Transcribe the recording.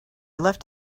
left